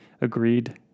agreed